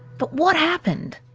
but what happened?